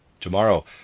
Tomorrow